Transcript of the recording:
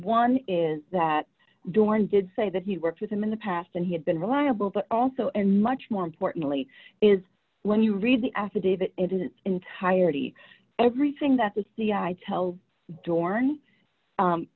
one is that dorn did say that he worked with him in the past and he had been reliable but also and much more importantly is when you read the affidavit it isn't entirely everything that the c i tells dorn